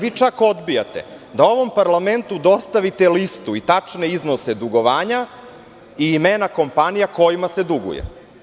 Vi čak odbijate da ovom parlamentu dostavite listu i tačne iznose dugovanja i imena kompanija kojima se duguje.